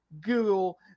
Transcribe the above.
Google